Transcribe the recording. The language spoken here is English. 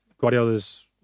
Guardiola's